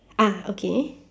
ah okay